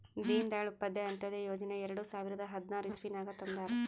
ದೀನ್ ದಯಾಳ್ ಉಪಾಧ್ಯಾಯ ಅಂತ್ಯೋದಯ ಯೋಜನಾ ಎರಡು ಸಾವಿರದ ಹದ್ನಾರ್ ಇಸ್ವಿನಾಗ್ ತಂದಾರ್